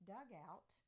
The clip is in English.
Dugout